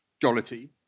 jollity